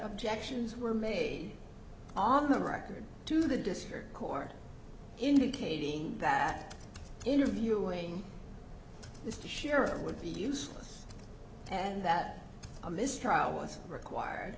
objections were made on the record to the district court indicating that interviewing this to share would be useless and that a mistrial was required